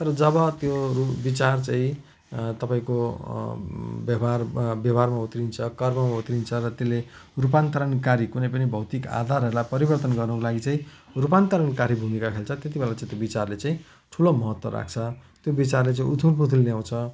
तर जब त्यो उ विचार चाहिँ तपाईँको व्यवहार व्यवहारमा उत्रिन्छ कर्ममा उत्रिन्छ र त्यसले रुपान्तरणकारी कुनै पनि भौतिक आधारहरूलाई परिवर्तन गर्नुको लागि चाहिँ रुपान्तरणकारी भूमिका खेल्छ त्यति बेला चाहिँ त्यो विचारले चाहिँ ठुलो महत्त्व राख्छ त्यो विचारले चाहिँ उथुलपुथुल ल्याउँछ